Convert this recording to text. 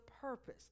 purpose